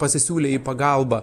pasisiūlė į pagalbą